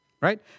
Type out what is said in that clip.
right